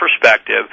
perspective